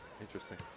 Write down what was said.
Interesting